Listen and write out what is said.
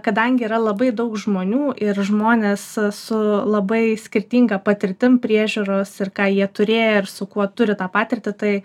kadangi yra labai daug žmonių ir žmonės su labai skirtinga patirtim priežiūros ir ką jie turėję ir su kuo turi tą patirtį tai